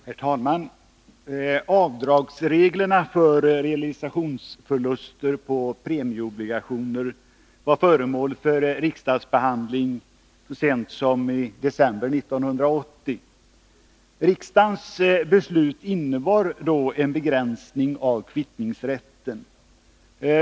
Herr talman! Avdragsreglerna för realisationsförluster på premieobligationer var föremål för riksdagsbehandling så sent som i december 1980. Riksdagens beslut då innebar en begränsning av kvittningsrätten.